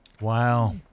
Wow